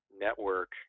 network